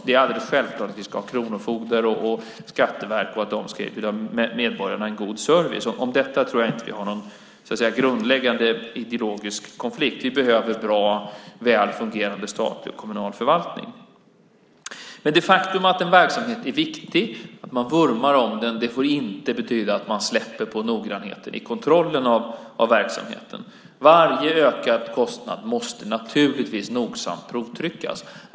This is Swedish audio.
Det är alldeles självklart att vi ska ha kronofogdar och skatteverk, och medborgarna ska ha en god service. Om detta tror jag inte att vi har någon grundläggande ideologisk konflikt. Vi behöver bra, välfungerande statlig och kommunal förvaltning. Men det faktum att en verksamhet är viktig och att man vurmar för den får inte betyda att man släpper på noggrannheten i kontrollen av verksamheten. Varje ökad kostnad måste nogsamt provtryckas.